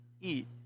Eat